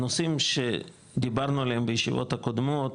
הנושאים שדיברנו עליהם בישיבות הקודמות